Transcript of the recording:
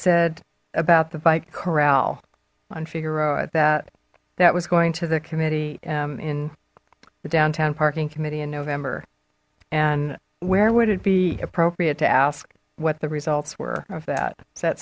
said about the bike corral on figueroa that that was going to the committee in the downtown parking committee in november and where would it be appropriate to ask what the results were of that